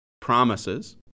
promises